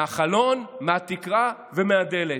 מהחלון, מהתקרה ומהדלת.